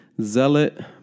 Zealot